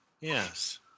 Yes